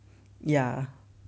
ya